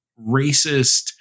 racist